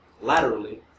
laterally